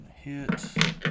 hit